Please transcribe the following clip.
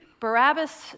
Barabbas